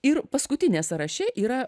ir paskutinė sąraše yra